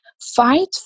Fight